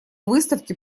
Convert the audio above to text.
выставке